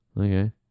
Okay